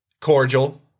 cordial